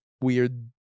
weird